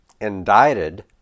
indicted